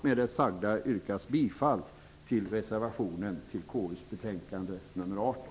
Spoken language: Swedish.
Med det sagda yrkas bifall till reservationen som är fogad till KU:s betänkande nr 18.